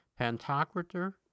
Pantocrator